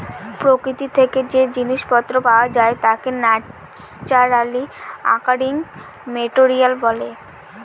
প্রকৃতি থেকে যে জিনিস পত্র পাওয়া যায় তাকে ন্যাচারালি অকারিং মেটেরিয়াল বলে